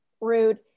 Rude